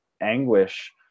anguish